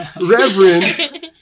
Reverend